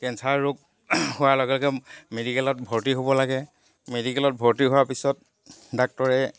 cancer ৰোগ হোৱাৰ লগে লগে মেডিকেলত ভৰ্তি হ'ব লাগে মেডিকেলত ভৰ্তি হোৱাৰ পিছত ডাক্তৰে